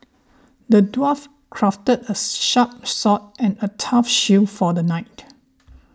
the dwarf crafted a sharp sword and a tough shield for the knight